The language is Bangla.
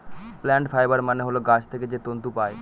প্লান্ট ফাইবার মানে হল গাছ থেকে যে তন্তু পায়